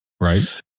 right